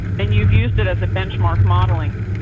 and you've used it as a benchmark modeling.